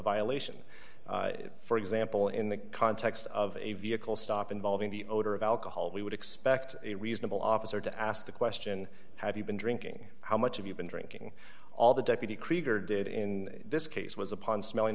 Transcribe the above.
violation for example in the context of a vehicle stop involving the odor of alcohol we would expect a reasonable officer to ask the question have you been drinking how much of you've been drinking all the deputy krieger did in this case was upon smelling